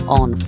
on